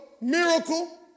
miracle